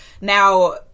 Now